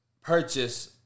purchase